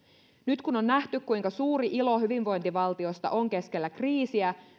nyt kun on nähty kuinka suuri ilo hyvinvointivaltiosta on keskellä kriisiä